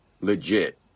legit